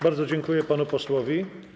Bardzo dziękuję panu posłowi.